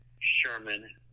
Sherman